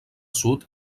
sud